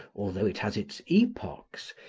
although it has its epochs,